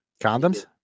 condoms